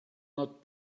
not